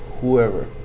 whoever